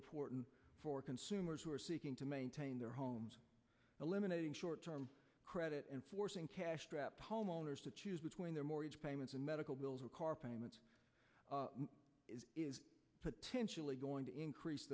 important for consumers who are seeking to maintain their homes eliminating short term credit and forcing cash strapped homeowners to choose between their mortgage payments and medical bills or car payments potentially going to increase